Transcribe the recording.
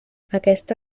aquesta